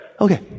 Okay